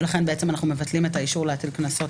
ולכן אנחנו מבטלים את האישור להטיל קנסות